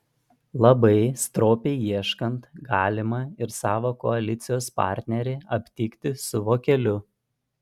labai stropiai ieškant galima ir savo koalicijos partnerį aptikti su vokeliu